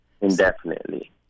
indefinitely